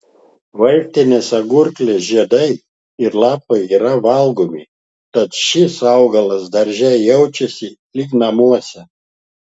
vaistinės agurklės žiedai ir lapai yra valgomi tad šis augalas darže jaučiasi lyg namuose